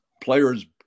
player's